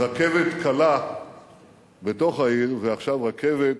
רכבת קלה בתוך העיר, ועכשיו רכבת